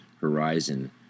horizon